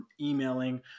emailing